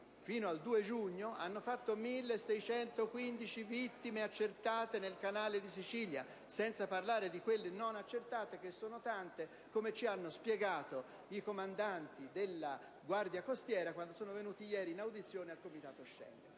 fino al 2 giugno, hanno mietuto 1.615 vittime accertate nel Canale di Sicilia, senza parlare di quelle non accertate, che sono tante, come ci hanno spiegato i comandanti della Guardia costiera ieri, quando sono venuti in audizione nel Comitato Schengen.